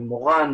על מורן,